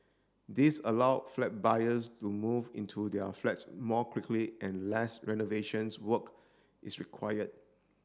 this allow flat buyers to move into their flats more quickly and less renovations work is required